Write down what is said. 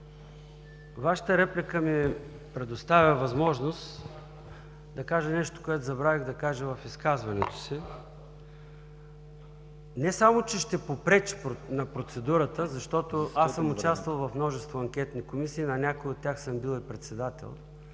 Вашата реплика ми предоставя възможност да кажа нещо, което забравих да кажа в изказването си. Не само че ще попреча на процедурата, защото аз съм участвал в множество анкетни комисии, на някои от тях съм бил и председател,